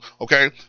okay